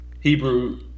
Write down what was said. Hebrew